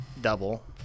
double